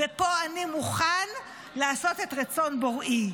פה אני מוכן לעשות את רצון בוראי.